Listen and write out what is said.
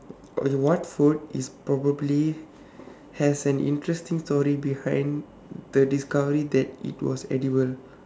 what food is probably has an interesting story behind the discovery that it was edible